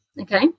okay